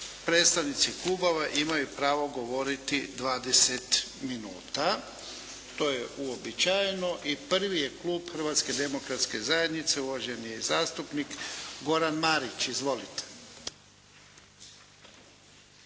predstavnici klubova imaju pravo govoriti 20 minuta. To je uobičajeno. I prvi je Klub Hrvatske demokratske zajednice. Uvaženi je zastupnik Goran Marić. Izvolite.